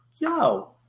yo